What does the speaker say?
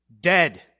dead